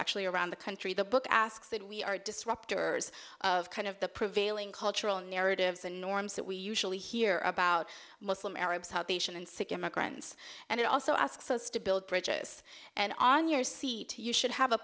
actually around the country the book asks that we are disruptors of kind of the prevailing cultural narratives and norms that we usually hear about muslim arabs how they should and sick immigrants and it also asks us to build bridges and on your seat you should have a